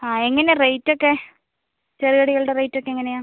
എങ്ങനെ റേറ്റ് ഒക്കെ ചെറുകടികളുടെ റേറ്റ് ഒക്കെ എങ്ങനെയാണ്